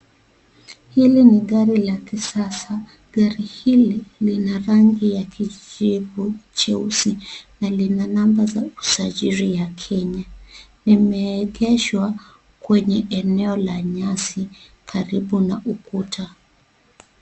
Hili ni gari la kisasa. Gari hili lina rangi ya kijivu, cheusi na lina namba ya usajili ya Kenya. Limeegeshwa kwenye eneo la nyasi karibu na ukuta.